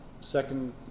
Second